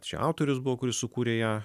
čia autorius buvo kuris sukūrė ją